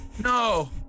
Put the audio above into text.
No